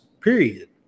period